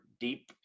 deep